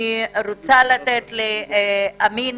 אמין